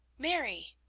mary!